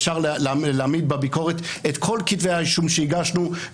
אפשר להעמיד לביקורת את כל כתבי האישום שהגשנו,